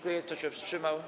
Kto się wstrzymał?